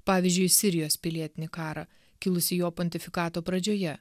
pavyzdžiui į sirijos pilietinį karą kilusį jo pontifikato pradžioje